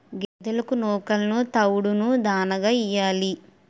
గేదెలకు నూకలును తవుడును దాణాగా యియ్యాలి